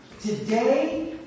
Today